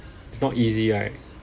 it's not easy right